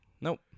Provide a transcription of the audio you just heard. Nope